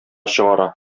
чыгара